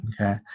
Okay